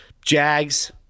Jags